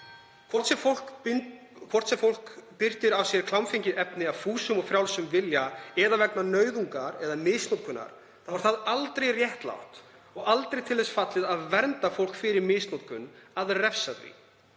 Hvort sem fólk birtir af sér klámfengið efni af fúsum og frjálsum vilja eða vegna nauðungar eða misnotkunar, er það að refsa því aldrei réttlátt eða til þess fallið að vernda fólk fyrir misnotkun. Það er hins